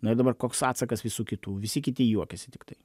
na ir dabar koks atsakas visų kitų visi kiti juokiasi tiktai